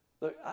Look